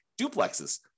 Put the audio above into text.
duplexes